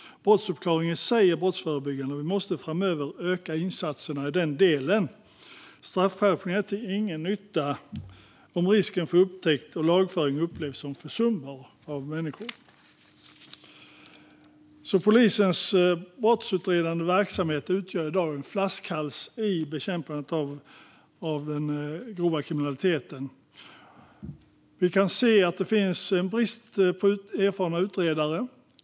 Brottsuppklaring är i sig brottsförebyggande, och vi måste öka insatserna i den delen framöver. Straffskärpningar är till ingen nytta om människor upplever risken för upptäckt och lagföring som försumbar. Polisens brottsutredande verksamhet utgör i dag en flaskhals i bekämpandet av den grova kriminaliteten. Vi ser en brist på erfarna utredare.